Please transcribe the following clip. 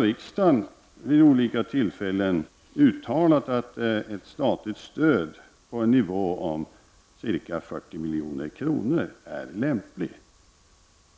Riksdagen har vid olika tillfällen uttalat att ett statligt stöd på en nivå omkring 40 milj.kr. är lämpligt.